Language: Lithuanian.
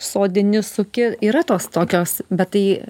sodini suki yra tos tokios bet tai